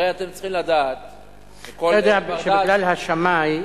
אתה יודע שבגלל השמאי,